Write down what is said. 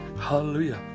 hallelujah